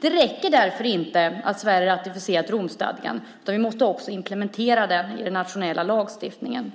Det räcker därför inte att Sverige har ratificerat Romstadgan. Vi måste också implementera den i den nationella lagstiftningen.